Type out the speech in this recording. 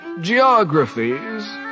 Geographies